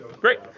Great